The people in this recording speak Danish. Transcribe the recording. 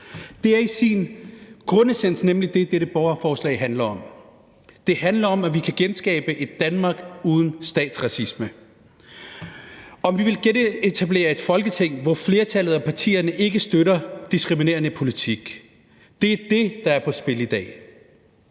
nemlig i sin grundessens det, dette borgerforslag handler om: At vi kan genskabe et Danmark uden statsracisme. Og om, om vi vil genetablere et Folketing, hvor flertallet af partierne ikke støtter diskriminerende politik. Det er det, der er på spil i dag.